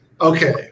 okay